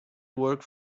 work